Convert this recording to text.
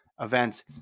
events